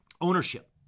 ownership